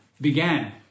began